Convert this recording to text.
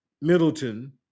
Middleton